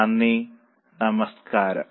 നന്ദി നമസ്കാരം